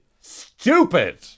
stupid